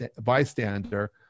bystander